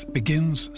begins